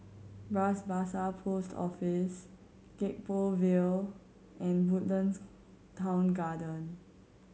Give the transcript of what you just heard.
Bras Basah Post Office Gek Poh Ville and Woodlands Town Garden